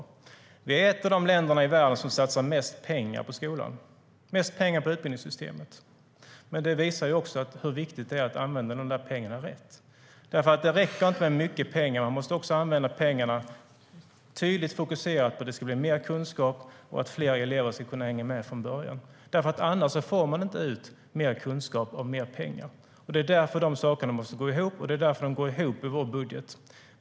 Sverige är ett av de länder i världen som satsar mest pengar på skolan och utbildningssystemet. Men det visar också hur viktigt det är att använda pengarna rätt. Det räcker inte med mycket, utan pengarna måste användas med tydligt fokus på mer kunskap och att fler elever ska hänga med från början. Annars får man inte ut mer kunskap av mer pengar. Det är därför de sakerna måste gå ihop, och det är därför de går ihop i vår budget.